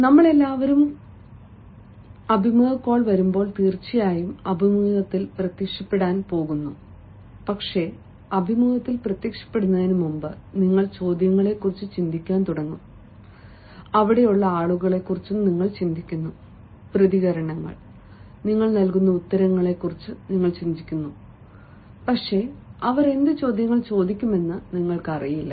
നമ്മളെല്ലാവരും കാരണം അഭിമുഖ കോൾ വരുമ്പോൾ തീർച്ചയായും അഭിമുഖത്തിൽ പ്രത്യക്ഷപ്പെടാൻ പോകുന്നു പക്ഷേ അഭിമുഖത്തിൽ പ്രത്യക്ഷപ്പെടുന്നതിന് മുമ്പ് നിങ്ങൾ ചോദ്യങ്ങളെക്കുറിച്ച് ചിന്തിക്കാൻ തുടങ്ങും അവിടെയുള്ള ആളുകളെക്കുറിച്ച് ചിന്തിക്കുന്നു പ്രതികരണങ്ങൾ നിങ്ങൾ നൽകുന്ന ഉത്തരങ്ങളെക്കുറിച്ച് പ്രതീക്ഷിക്കുന്നു പക്ഷേ അവർ എന്ത് ചോദ്യങ്ങൾ ചോദിക്കുമെന്ന് നിങ്ങൾക്കറിയില്ല